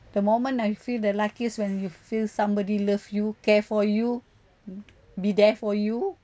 the moment I feel the luckiest when you feel somebody love you care for you mm be there for you